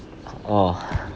orh